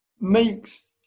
makes